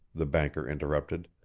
the banker interrupted.